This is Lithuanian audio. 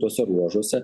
tuose ruožuose